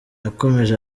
yakomeje